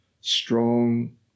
strong